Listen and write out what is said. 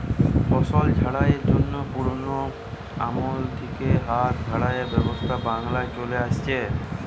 ফসল ঝাড়াইয়ের জন্যে পুরোনো আমল থিকে হাত ঝাড়াইয়ের ব্যবস্থা বাংলায় চলে আসছে